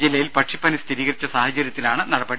ജില്ലയിൽ പക്ഷിപ്പനി സ്ഥിരീകരിച്ച സാഹചര്യത്തിലാണ് നടപടി